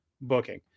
booking